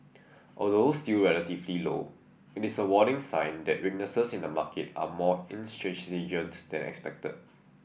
although still relatively low it is a warning sign that weaknesses in the market are more intransigent than expected